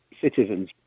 citizens